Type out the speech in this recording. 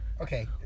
Okay